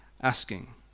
asking